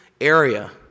area